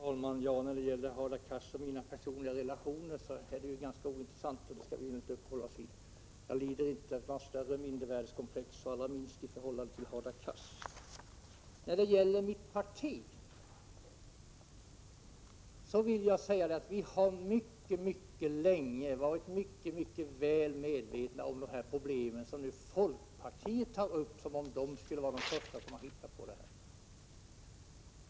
Herr talman! Hadar Cars och mina personliga relationer är ganska ointressanta, och dem skall vi ju inte uppehålla oss vid här. Jag lider inte av något större mindervärdeskomplex, allra minst i förhållande till Hadar Cars. I mitt parti har vi mycket länge varit medvetna om de problem som man från folkpartiets sida nu tar upp som om man skulle vara de första som tittat närmare på dem.